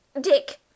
Dick